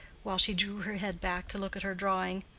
while she drew her head back to look at her drawing.